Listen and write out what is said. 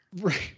Right